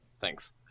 Thanks